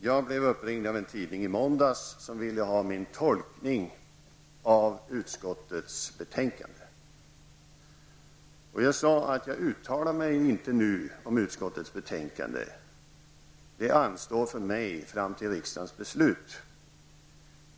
Jag blev i måndags uppringd av en tidning som ville ha min tolkning av utskottets betänkande. Jag sade att jag inte uttalar mig nu om utskottets betänkande. Det får anstå tills riksdagens beslut föreligger.